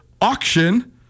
auction